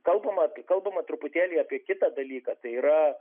kalbam apie kalbama truputėlį apie kitą dalyką tai yra